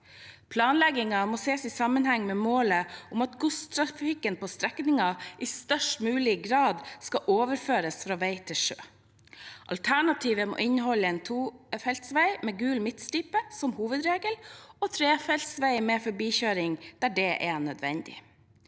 Planleggingen må ses i sammenheng med målet om at godstrafikken på strekningen i størst mulig grad skal overføres fra vei til sjø. Alternativet må inneholde en tofelts vei med gul midtstripe som hovedregel og trefelts vei med forbikjøring der det er nødvendig.